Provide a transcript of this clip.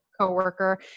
coworker